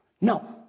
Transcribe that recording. No